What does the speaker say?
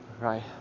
right